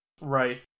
Right